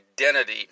identity